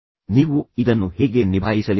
ಆದ್ದರಿಂದ ನೀವು ಇದನ್ನು ಹೇಗೆ ನಿಭಾಯಿಸಲಿದ್ದೀರಿ